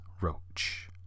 Roach